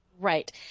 Right